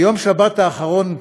ביום שבת האחרון,